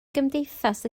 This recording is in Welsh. gymdeithas